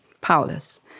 powerless